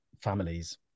families